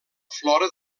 flora